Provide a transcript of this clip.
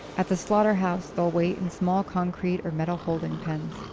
at the slaughterhouse they'll wait in small concrete or metal holding pens,